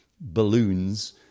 balloons